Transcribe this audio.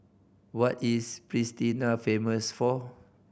what is Pristina famous for